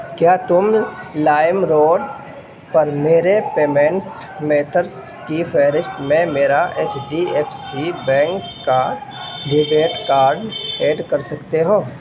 کیا تم LimeRoad پر میرے پیمینٹ میتھڈز کی فہرست میں میرا H D F C bank کا ڈیبٹ کارڈ ایڈ کر سکتے ہو